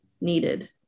needed